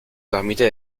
transmite